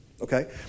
okay